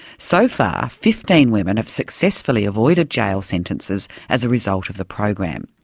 so far, fifteen women have successfully avoided jail sentences as a result of the program.